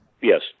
Yes